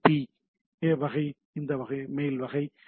B வகை இந்த mail வகை உள்ளது